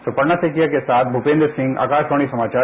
सुपर्णा सैकिया के साथ भूपेन्द्र सिंह आकाशवाणी समाचार